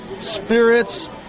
spirits